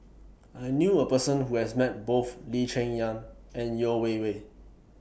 I knew A Person Who has Met Both Lee Cheng Yan and Yeo Wei Wei